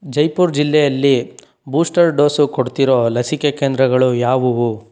ಜೈಪುರ್ ಜಿಲ್ಲೆಯಲ್ಲಿ booster dose ಕೊಡ್ತಿರೋ ಲಸಿಕೆ ಕೇಂದ್ರಗಳು ಯಾವುವು